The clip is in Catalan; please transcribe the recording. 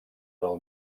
del